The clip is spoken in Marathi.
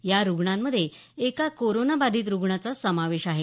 या रुग्णांमध्ये एका कोरोनाबाधित रूग्णाचा समावेश आहे